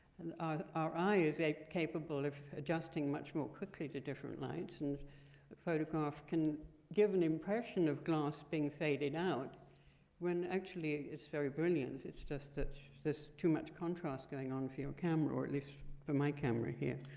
and ah our eye is capable of adjusting much more quickly to different lights, and a photograph can give an impression of glass being faded out when actually it's very brilliant. it's just that there's too much contrast going on for your camera, or at least for my camera here.